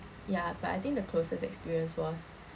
ya but I think the closest experience was